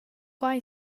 quai